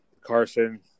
Carson